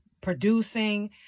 producing